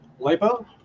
lipo